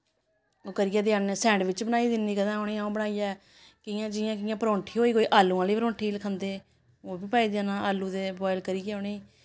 ओह् करियै देआ ने सैंडबिच बनाई दिन्नी कदें अ'ऊं उ'नें गी बनाइयै कि'यां जियां परौंठी होई कोई आलू आह्ली परौंठी खंदे ओह् बी पाई देना आलू दे बोआयल करियै उ'नेंगी